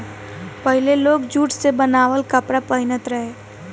पहिले लोग जुट से बनावल कपड़ा ही पहिनत रहे